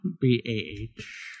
B-A-H